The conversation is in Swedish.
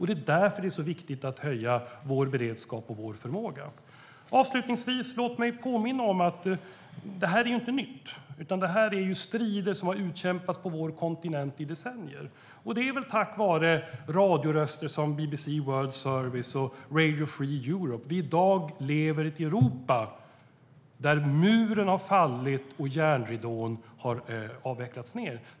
Det är därför det är viktigt att höja vår beredskap och vår förmåga. Låt mig avslutningsvis påminna om att det här inte är nytt! Det är strider som har utkämpats på vår kontinent i decennier. Det är väl tack vare radioröster som BBC World Service och Radio Free Europe vi i dag lever i ett Europa där muren har fallit och järnridån har avvecklats.